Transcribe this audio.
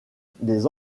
des